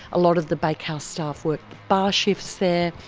a lot of the bakehouse staff work bar shifts there.